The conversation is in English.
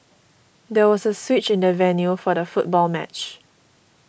there was a switch in the venue for the football match